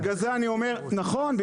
נכון.